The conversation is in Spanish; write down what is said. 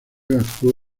actuó